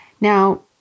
Now